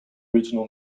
regional